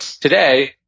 today